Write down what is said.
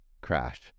crash